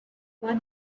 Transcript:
what